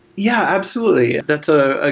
yeah, absolutely. that's ah ah